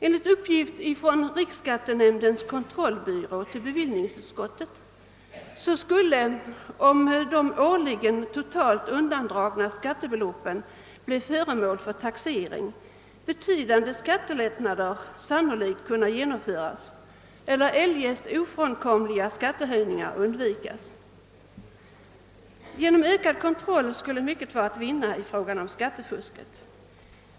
Enligt en uppgift som riksskattenämndens kontrollbyrå lämnat till bevillningsutskottet skulle, om de årligen totalt undandragna skattebeloppen blev föremål för beskattning, betydande «skattelättnader sannolikt kunna genomföras eller eljest ofrånkomliga skattehöjningar undvikas. Genom en ökad kontroll skulle mycket vara att vinna i fråga om skattefusket.